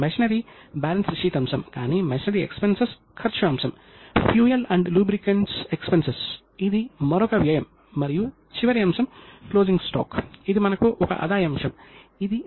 నిర్మాణంలో దీర్ఘకాలిక పెట్టుబడులు పెట్టాలని ఆయన నొక్కి చెప్పారు ఎందుకంటే భవిష్యత్తులో అది మంచి లాభాన్ని కలిగిస్తుంది అని ఆయన భావించారు